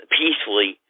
peacefully